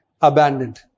abandoned